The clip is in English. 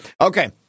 Okay